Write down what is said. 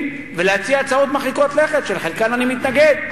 ולהציע הצעות מרחיקות לכת שלחלקן אני מתנגד.